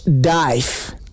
Dive